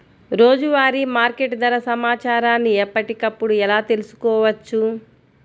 రోజువారీ మార్కెట్ ధర సమాచారాన్ని ఎప్పటికప్పుడు ఎలా తెలుసుకోవచ్చు?